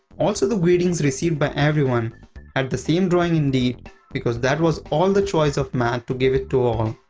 also the greetings received by everyone had the same drawing indeed, because that was all the choice of mat, to give it to all.